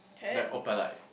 like opalite